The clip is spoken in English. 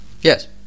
Yes